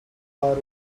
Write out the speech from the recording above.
are